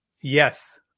yes